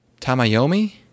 Tamayomi